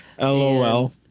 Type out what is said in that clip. LOL